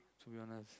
to be honest